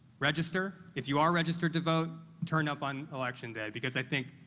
register. if you are registered to vote, turn up on election day because i think